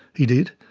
he did,